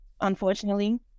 unfortunately